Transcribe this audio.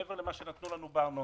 מעבר למה שנתנו לנו בארנונה,